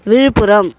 Villupuram